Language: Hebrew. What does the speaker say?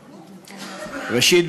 ראשית,